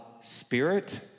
spirit